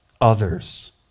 others